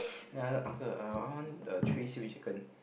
then I just uncle I want the three seaweed chicken